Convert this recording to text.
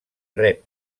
rep